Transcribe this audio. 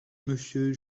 monsieur